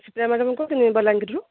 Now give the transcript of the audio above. Sipra madam କହୁଥିଲେ ବଲାଙ୍ଗୀରରୁ